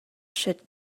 should